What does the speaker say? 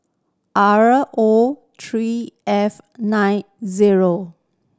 R O three F nine zero